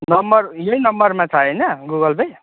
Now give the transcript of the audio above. number यही नम्बरमा छ होइन गुगल पे